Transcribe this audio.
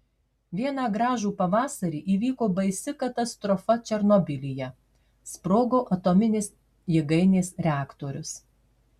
vieną gražų pavasarį įvyko baisi katastrofa černobylyje sprogo atominės jėgainės reaktorius